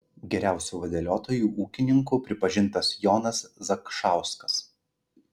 geriausiu vadeliotoju ūkininku pripažintas jonas zakšauskas